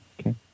okay